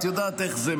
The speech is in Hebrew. את יודעת איך זה,